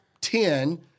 ten